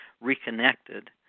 reconnected